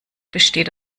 besteht